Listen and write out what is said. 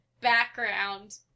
background